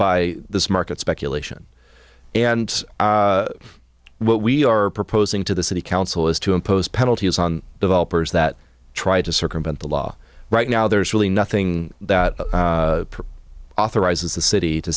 market speculation and what we are proposing to the city council is to impose penalties on developers that try to circumvent the law right now there's really nothing that authorizes the city to